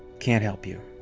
can't help you.